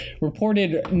reported